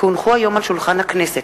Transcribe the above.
כי הונחו היום על שולחן הכנסת,